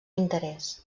interès